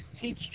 teach